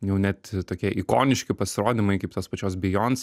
jau net tokie ikoniški pasirodymai kaip tos pačios beyonc